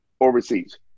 overseas